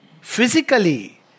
Physically